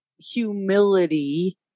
humility